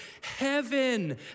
heaven